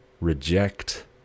reject